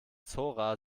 zora